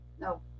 no